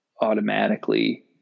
automatically